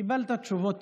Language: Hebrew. קיבלת תשובות.